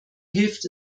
hilft